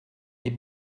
est